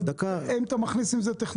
אבל אם אתה מכניס עם זה טכנולוגיה,